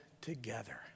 together